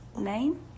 name